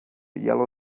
yellow